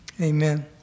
amen